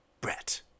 Brett